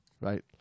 right